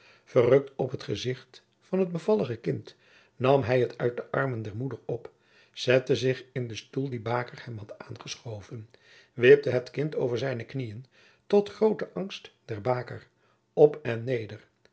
verrukt op het gezicht van het bevallige kind nam hij het uit de armen der moeder op zette zich in den stoel die baker hem had aangeschoven wipte het kind over zijne knieën tot groote angst der baker op en neder